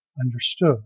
understood